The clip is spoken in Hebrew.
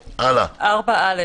4(א)